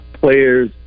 players